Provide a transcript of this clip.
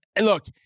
look